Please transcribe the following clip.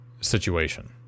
situation